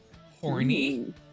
Horny